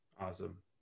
awesome